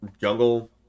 jungle